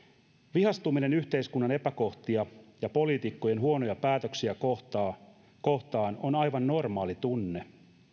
vihastuminen yhteiskunnan epäkohtia ja poliitikkojen huonoja päätöksiä kohtaan kohtaan on aivan normaali tunne